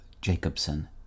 Jacobson